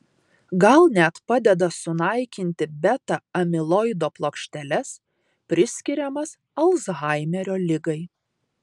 gal net padeda sunaikinti beta amiloido plokšteles priskiriamas alzhaimerio ligai